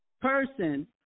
person